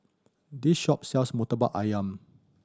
this shop sells Murtabak Ayam